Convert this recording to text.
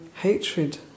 hatred